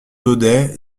daudet